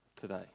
today